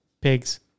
pigs